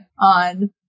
on